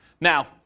Now